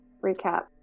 recap